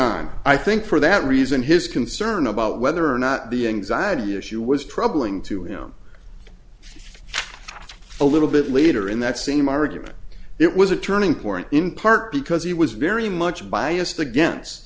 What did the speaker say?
on i think for that reason his concern about whether or not the anxiety issue was troubling to him a little bit later in that same argument it was a turning point in part because he was very much biased against